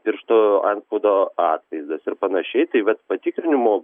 piršto antspaudo atvaizdas ir panašiai taip vat patikrinimo